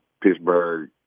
Pittsburgh